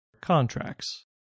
contracts